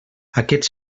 aquests